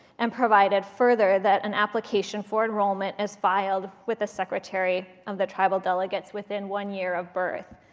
and provided further that an application for enrollment is filed with the secretary of the tribal delegates within one year of birth.